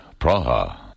Praha